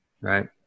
Right